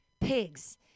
pigs